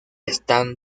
están